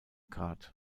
card